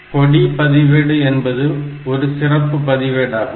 கொடி பதிவேடு என்பது ஒரு சிறப்பு பதிவேடாகும்